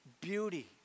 beauty